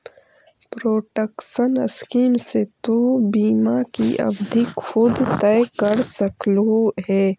protection scheme से तु बीमा की अवधि खुद तय कर सकलू हे